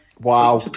Wow